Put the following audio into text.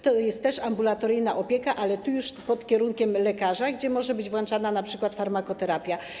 To jest też ambulatoryjna opieka, ale to już działa pod kierunkiem lekarza, gdzie może być włączana np. farmakoterapia.